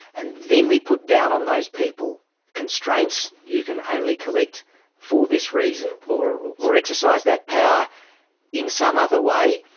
and then we put down on those people constraints you can only collect for this reason or or exercise that power in some other way.